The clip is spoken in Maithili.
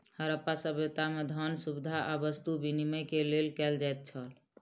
हरप्पा सभ्यता में, धान, सुविधा आ वस्तु विनिमय के लेल कयल जाइत छल